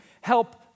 help